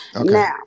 Now